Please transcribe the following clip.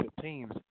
teams